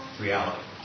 reality